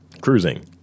Cruising